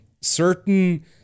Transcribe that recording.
certain